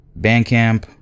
Bandcamp